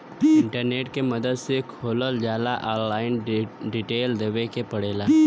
internet के मदद से खोलल जाला ऑनलाइन डिटेल देवे क पड़ेला